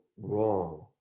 wrong